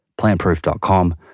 Plantproof.com